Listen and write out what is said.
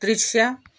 दृश्य